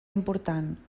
important